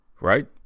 Right